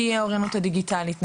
כי האוריינות הדיגיטלית נמוכה,